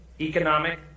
economic